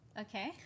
Okay